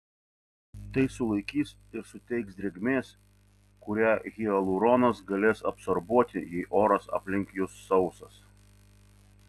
tai sulaikys ir suteiks drėgmės kurią hialuronas galės absorbuoti jei oras aplink jus sausas